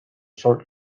short